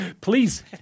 please